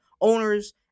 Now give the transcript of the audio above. owners